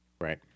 Right